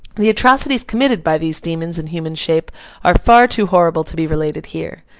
the atrocities committed by these demons in human shape are far too horrible to be related here.